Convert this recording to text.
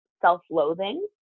self-loathing